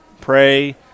pray